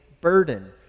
burden